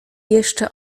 jeszcze